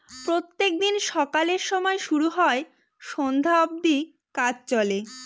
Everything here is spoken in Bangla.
প্রত্যেক দিন সকালের সময় শুরু হয় সন্ধ্যা অব্দি কাজ চলে